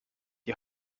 die